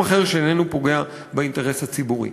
אחר משהו אחר שאיננו פוגע באינטרס הציבורי,